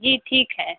जी ठीक है